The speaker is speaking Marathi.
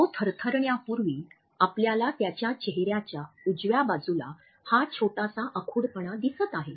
तो थरथरण्यापूर्वी आपल्याला त्याच्या चेहऱ्यायाच्या उजव्या बाजूला हा छोटासा आखूडपणा दिसत आहे